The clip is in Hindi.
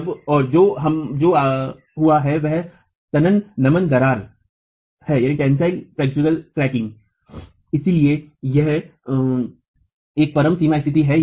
अब जो हुआ है वह तनन नमन दरार है लेकिन यह एक परम सीमा स्तिथि नहीं है